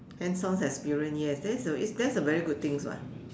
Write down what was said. hands on experience yes that's a is that's a very good things [what]